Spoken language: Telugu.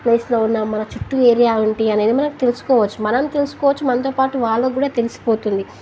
ప్లేస్లో ఉన్న మన చుట్టూ ఏరియా ఏంటి అనేది మనం తెలుసుకోవచ్చు మనం తెలుసుకోవచ్చు మనతో పాటు వాళ్ళ కూడా తెలిసిపోతుంది